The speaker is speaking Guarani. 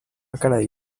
karai